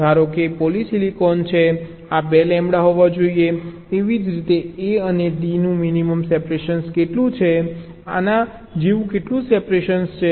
ધારો કે આ પોલિસિલિકોન છે આ 2 લેમ્બડા હોવા જોઈએ એવી જ રીતે A અને D નું મિનિમમ સેપરેશન કેટલું છે આના જેવું કેટલું સેપરેશન છે